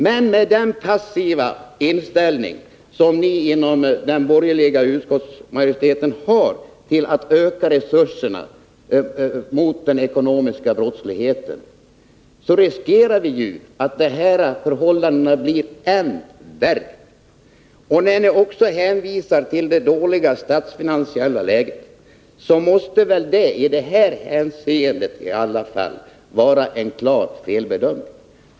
Med den passiva inställning som ni har inom den borgerliga utskottsmajoriteten till en ökning av resurserna för bekämpning av den ekonomiska brottsligheten riskerar förhållandena att bli än värre. Att ni dessutom hänvisar till det dåliga statsfinansiella läget måste väl i detta fall bero på en klar felbedömning.